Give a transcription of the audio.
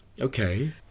Okay